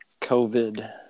COVID